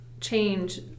change